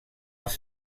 els